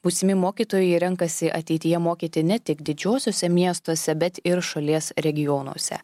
būsimi mokytojai renkasi ateityje mokyti ne tik didžiuosiuose miestuose bet ir šalies regionuose